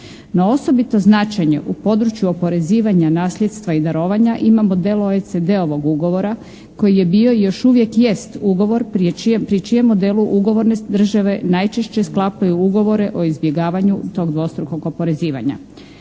Na osobito značenje u području oporezivanja nasljedstva i darovanja imamo model OECD-ovog ugovora koji je bio i još uvijek jest ugovor pri čijem modelu ugovorne države najčešće sklapaju ugovore o izbjegavanju tog dvostrukog oporezivanja.